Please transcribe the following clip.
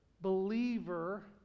believer